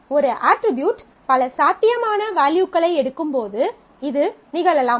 ஒரு அட்ரிபியூட் பல சாத்தியமான வேல்யூக்களை எடுக்கும்போது இது நிகழலாம்